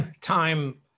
time